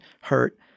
hurt